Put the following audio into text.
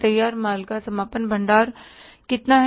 तैयार माल का समापन भंडार कितना है